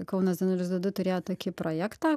kaunas du nulis du du turėjo tokį projektą